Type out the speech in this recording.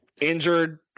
injured